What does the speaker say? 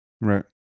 right